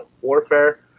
Warfare